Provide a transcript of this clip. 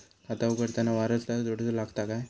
खाता उघडताना वारसदार जोडूचो लागता काय?